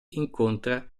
incontra